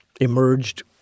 emerged